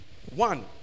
One